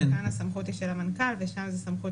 כאן הסמכות היא של המנכ"ל ושם זה סמכות